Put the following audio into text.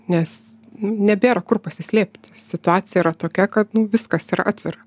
nes nu nebėra kur pasislėpti situacija yra tokia kad nu viskas yra atvira